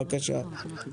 בבקשה.